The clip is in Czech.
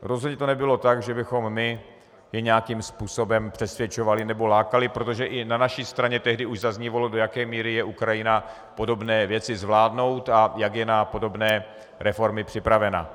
Rozhodně to nebylo tak, že bychom my je nějakým způsobem přesvědčovali nebo lákali, protože i na naší straně tehdy už zaznívalo, do jaké míry je Ukrajina schopná podobné věci zvládnout a jak je na podobné reformy připravena.